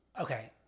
Okay